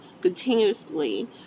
continuously